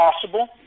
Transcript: possible